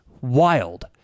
wild